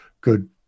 good